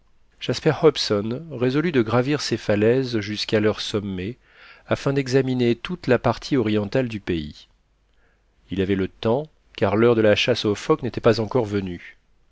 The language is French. jasper hobson résolut de gravir ces falaises jusqu'à leur sommet afin d'examiner toute la partie orientale du pays il avait le temps car l'heure de la chasse aux phoques n'était pas encore venue